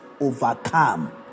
overcome